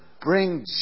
bring